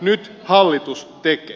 nyt hallitus tekee